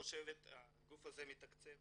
והגוף הזה מתקצב